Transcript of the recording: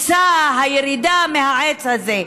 הקפיצה, הירידה מהעץ הזה.